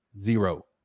Zero